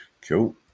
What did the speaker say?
cool